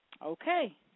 Okay